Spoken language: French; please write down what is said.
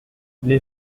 les